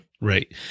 Right